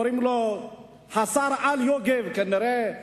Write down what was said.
וקוראים לו שר-העל יוגב, כנראה.